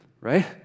Right